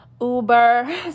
uber